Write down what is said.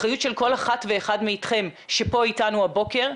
אחריות של כל אחת ואחד מכם שפה איתנו הבוקר,